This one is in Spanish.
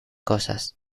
cosas